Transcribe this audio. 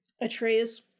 atreus